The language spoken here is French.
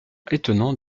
étonnant